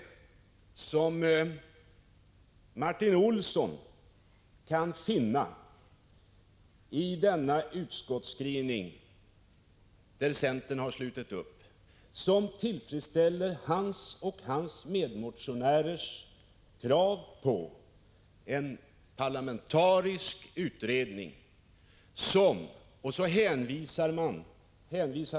Vad kan Martin Olsson finna i denna utskottsskrivning, som centern har anslutit sig till, som tillfredsställer hans och hans medmotionärers krav på en parlamentarisk utredning?